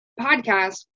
podcast